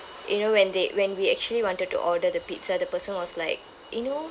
you know when they when we actually wanted to order the pizza the person was like you know